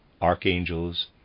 archangels